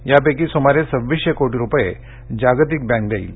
यापैकी सुमारे सव्वीसशे कोटी रुपये जागतिक बँक देईल